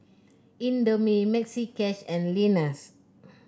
Indomie Maxi Cash and Lenas